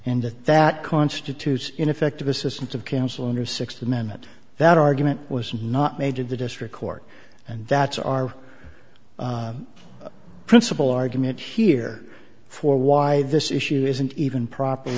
and that constitutes ineffective assistance of counsel under sixty minutes that argument was not made to the district court and that's our principal argument here for why this issue isn't even proper